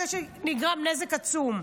אחרי שנגרם נזק עצום.